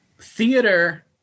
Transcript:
Theater